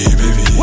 baby